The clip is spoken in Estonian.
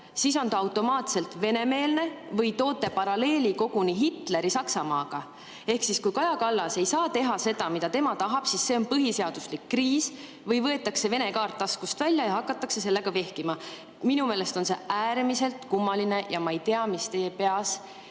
siis on ta automaatselt venemeelne või toote paralleeli koguni Hitleri Saksamaaga. Ehk siis, kui Kaja Kallas ei saa teha seda, mida tema tahab, siis on tekkinud põhiseaduslik kriis või võetakse Vene kaart taskust välja ja hakatakse sellega vehkima. Minu meelest on see äärmiselt kummaline. Ma ei tea, mis teie peas